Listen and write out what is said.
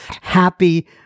happy